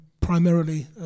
primarily